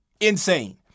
insane